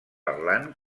parlant